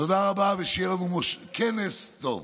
תודה רבה, ושיהיה לנו כנס טוב.